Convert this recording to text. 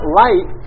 light